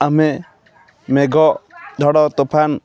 ଆମେ ମେଘ ଝଡ଼ ତୋଫାନ